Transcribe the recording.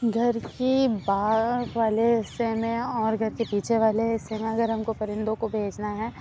گھر كی باغ والے حصّے میں اور گھر كے پیچھے والے حصّے میں اگر ہم كو پرندوں کو بھیجنا ہے